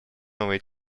новые